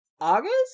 August